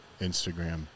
Instagram